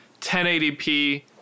1080p